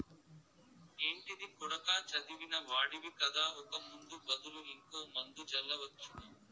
ఏంటిది కొడకా చదివిన వాడివి కదా ఒక ముందు బదులు ఇంకో మందు జల్లవచ్చునా